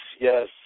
yes